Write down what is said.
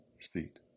seat